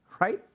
right